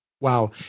Wow